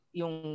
yung